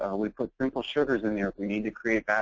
um we put simple sugars in there if we need to create